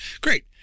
Great